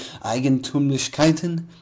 eigentümlichkeiten